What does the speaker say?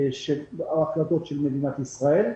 להחלטות מדינת ישראל.